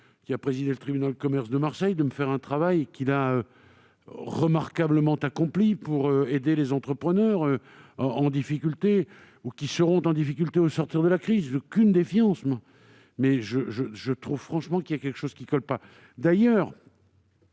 qui a présidé le tribunal de commerce de Marseille, un travail, qu'il a remarquablement accompli, sur les aides aux entrepreneurs qui sont en difficulté ou qui le seront au sortir de la crise. Je n'ai aucune défiance. Mais je trouve franchement qu'il y a quelque chose qui ne colle pas. D'ailleurs,